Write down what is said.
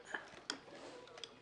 הישיבה,